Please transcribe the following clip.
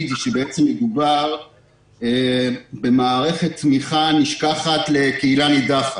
היא שמדובר במערך תמיכה נשכחת לקהילה נידחת,